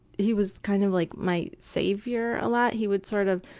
he was kind of like my savior a lot, he would sort of,